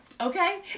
Okay